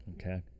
Okay